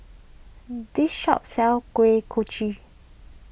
this shop sells Kuih Kochi